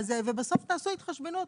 ובסוף תעשו התחשבנות.